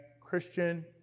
Christian